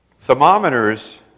Thermometers